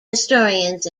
historians